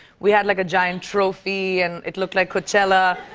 we had like a giant trophy, and it looked like coachella.